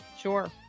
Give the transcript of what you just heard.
Sure